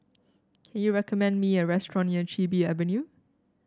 can you recommend me a restaurant near Chin Bee Avenue